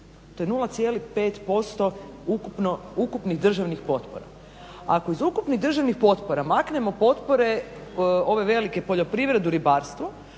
to je 0,5% ukupnih državnih potpora. Ako ih ukupnih državnih potpora maknemo potpore ove velike poljoprivredu, ribarstvo,